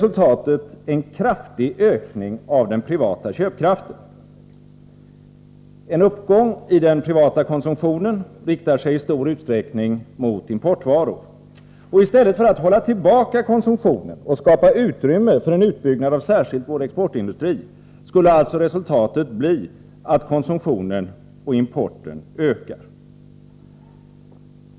Resultatet blir ju en kraftig ökning av den privata köpkraften. En uppgång i den privata konsumtionen riktar sig i stor utsträckning mot importvaror. I stället för att hålla tillbaka konsumtionen och skapa utrymme för i synnerhet vår exportindustri skulle alltså resultatet bli att konsumtionen och importen ökade.